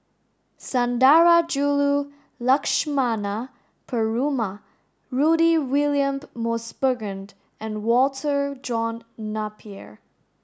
Sundarajulu Lakshmana Perumal Rudy William Mosbergen and Walter John Napier